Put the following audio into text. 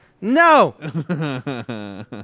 No